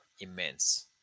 immense